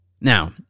Now